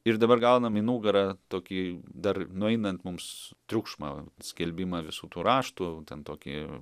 ir dabar gaunam į nugarą tokį dar nueinant mums triukšmą skelbimą visų tų raštų ten tokį